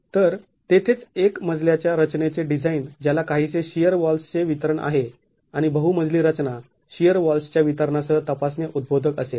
तर तेथेच एक मजल्याच्या रचनेचे डिझाईन ज्याला काहीसे शिअर वॉल्स् चे वितरण आहे आणि बहुमजली रचना शिअर वॉल्स् च्या वितरणासह तपासणे उद्बोधक असेल